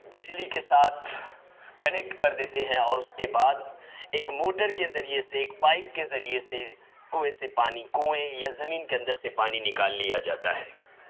بجلی کے ساتھ کنیکٹ کر دیتے ہیں اور اس کے بعد ایک موٹر کے ذریعے سے ایک پائپ کے ذریعے سے کنویں سے پانی کنویں یا زمین کے اندر سے پانی نکال لیا جاتا ہے